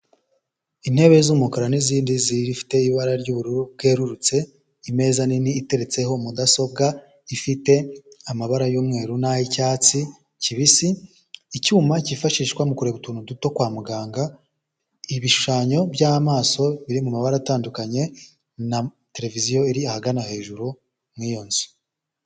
Intebe z'umukara nzindi zifite ibara ry'ubururu bwerurutse, imeza nini iteretseho mudasobwa, ifite amabara y'umweru n'ay'icyatsi kibisi, icyuma cyifashishwa mu kureba utuntu duto kwa muganga, ibishushanyo by'amaso biri mu mabara atandukanye na televiziyo iri ahagana hejuru muri iyo nzu.